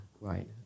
right